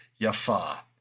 yafa